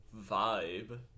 vibe